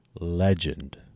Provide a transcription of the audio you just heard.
legend